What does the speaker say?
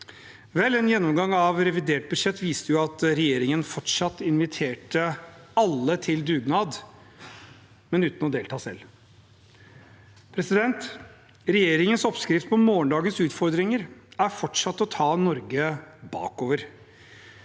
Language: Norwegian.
Vel, en gjennomgang av revidert budsjett viste jo at regjeringen fortsatt inviterte alle til dugnad, men uten å delta selv. Regjeringens oppskrift på morgendagens utfordringer er fortsatt å ta Norge bakover.